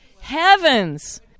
Heavens